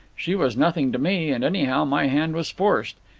she was nothing to me, and, anyhow, my hand was forced.